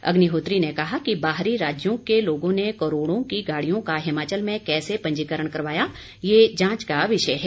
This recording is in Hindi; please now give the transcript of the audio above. अग्निहोत्री ने कहा कि बाहरी राज्यों के लोगों ने करोड़ों की गाड़ियों का हिमाचल में कैसे पंजीकरण करवाया ये जांच का विषय है